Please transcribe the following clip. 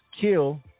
kill